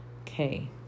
Okay